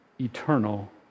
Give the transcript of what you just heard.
eternal